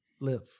live